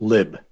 Lib